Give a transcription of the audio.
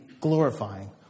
glorifying